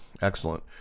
Excellent